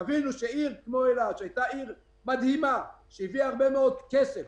תבינו שעיר כמו אילת שהייתה עיר מדהימה שהביאה הרבה מאוד כסף,